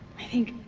i think.